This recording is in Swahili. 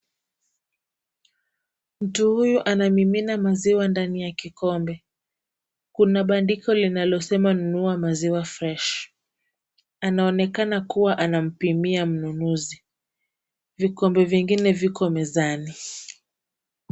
Mtu huyu anamimina maziwa ndani ya kikombe. Kuna bandiko linalo sema nunua maziwa fresh . Anaonekana kuwa anampimia mnunuzi. Vikombe vingine viko mezani.